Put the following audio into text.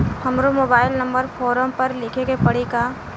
हमरो mobile number form पर लिखे के पड़ी का?